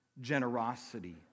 generosity